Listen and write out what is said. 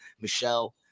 michelle